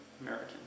American